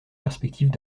perspectives